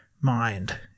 mind